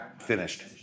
finished